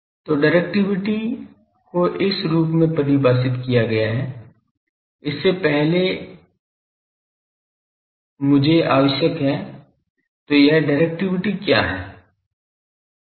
तो डिरेक्टिविटी को इस रूप में परिभाषित किया गया है इससे पहले मुझे पहले आवश्यक है तो यह डिरेक्टिविटी क्या है